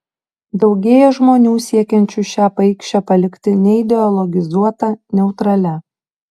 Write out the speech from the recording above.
daugėja žmonių siekiančių šią paikšę palikti neideologizuota neutralia